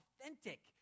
authentic